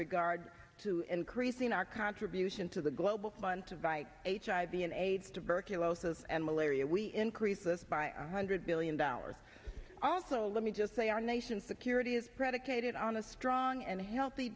regard to increasing our contribution to the global fund to fight hiv aids tuberculosis and malaria we increase this by a hundred billion dollars also let me just say our nation's security is predicated on a strong and healthy